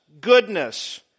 goodness